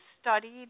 studied